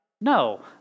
No